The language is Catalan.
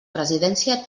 presidència